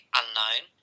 unknown